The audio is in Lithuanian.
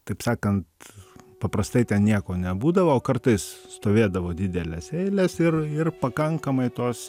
taip sakant paprastai ten nieko nebūdavo o kartais stovėdavo didelės eilės ir ir pakankamai tos